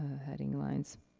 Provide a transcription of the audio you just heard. heading lines.